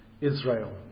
Israel